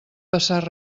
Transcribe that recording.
passar